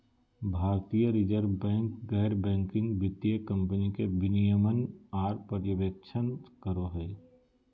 भारतीय reserve bank गैर banking वित्तीय कम्पनी के विनियमन आर पर्यवेक्षण करो हय